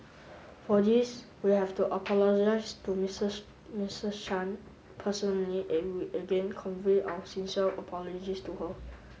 for this we have to apologised to Mrs Mrs Chan personally and we again convey our sincere apologies to her